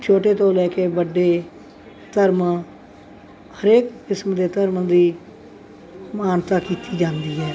ਛੋਟੇ ਤੋਂ ਲੈ ਕੇ ਵੱਡੇ ਧਰਮ ਹਰੇਕ ਕਿਸਮ ਦੇ ਧਰਮ ਦੀ ਮਾਨਤਾ ਕੀਤੀ ਜਾਂਦੀ ਹੈ